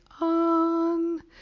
on